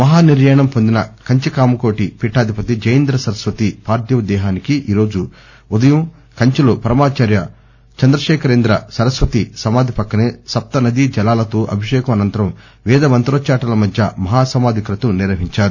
నిన్న మహానిర్యాణం పొందిన కంచికామకోటి పీఠాధిపతి జయేంద్ర సరస్వతి పార్దివ దేహానికి ఈరోజు ఉదయం కంచిలో పరమాచార్భ చంద్రశేఖరేంద్ర సరస్వతి సమాధి పక్కనే సప్త నదీ జలాలతో అభిషేకం అనంతరం వేదమంత్రోద్చాటనల మధ్య మహాసమాధి క్రతువును నిర్వహిందారు